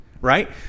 right